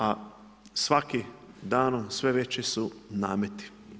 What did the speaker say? A svaki danom sve veći su nameti.